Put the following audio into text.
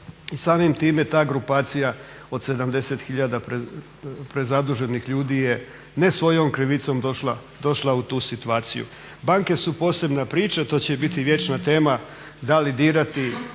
samim time ta grupacija od 70 hiljada prezaduženih ljudi je ne svojom krivicom došla u tu situaciju. Banke su posebna priča, to će i biti vječna tema da li dirati,